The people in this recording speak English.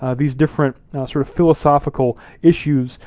ah these different sort of philosophical issues,